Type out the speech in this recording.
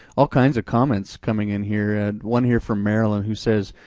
all kinds of comments coming in here. and one here from maryla who says,